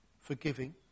forgiving